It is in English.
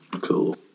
cool